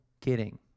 kidding